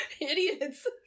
idiots